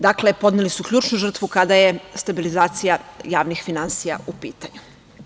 Dakle, podneli su ključnu žrtvu, kada je stabilizacija javnih finansija u pitanju.